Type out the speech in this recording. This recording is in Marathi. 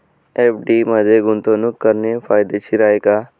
एफ.डी मध्ये गुंतवणूक करणे फायदेशीर आहे का?